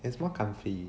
it's more comfy